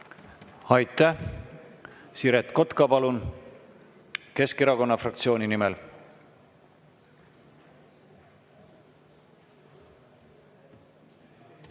Aitäh! Siret Kotka, palun! Keskerakonna fraktsiooni nimel.